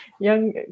young